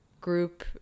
group